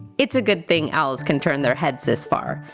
it's a good thing owls can turn their heads this far,